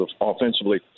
offensively